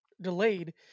delayed